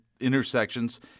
Intersections